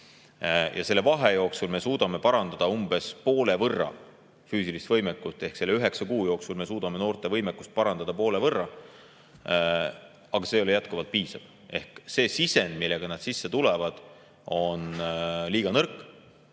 Ja selle aja jooksul me suudame parandada umbes poole võrra füüsilist võimekust. Ehk selle üheksa kuu jooksul me suudame noorte võimekust parandada poole võrra. Aga see ei ole jätkuvalt piisav. Ehk see sisend, millega nad tulevad, on liiga nõrk.